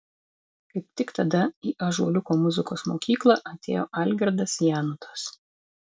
kaip tik tada į ąžuoliuko muzikos mokyklą atėjo algirdas janutas